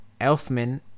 Elfman